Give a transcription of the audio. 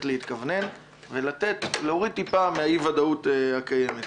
להתכוונן ולהוריד טיפה מהאי-ודאות הקיימת.